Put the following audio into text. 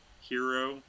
hero